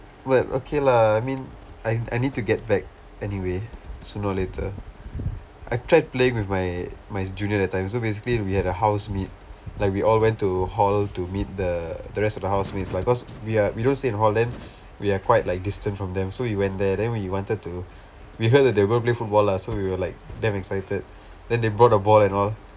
but okay lah I mean I I need to get back anyway sooner or later I tried playing with my my junior that time so basically we had a house meet like we all went to hall to meet the the rest of the house mates like cause we are we don't stay in hall then we are quite like distant from them so we went there then we wanted to we heard that they were going to play football lah so we were like damn excited then they brought a ball and all